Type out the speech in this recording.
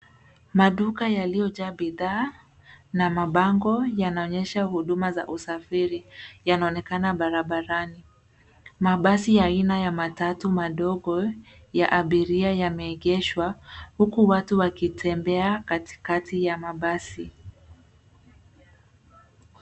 Maduka yaliyojaa bidhaa na mabango, yanaonyesha huduma za usafiri, yanaonekana barabarani. Mabasi aina ya matatu madogo ya abiria yameegeshwa, huku watu wakitembea katikati ya mabasi.